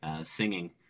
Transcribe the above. Singing